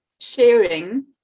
sharing